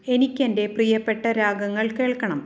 എനിക്കെന്റെ പ്രിയപ്പെട്ട രാഗങ്ങൾ കേൾക്കണം